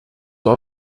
zur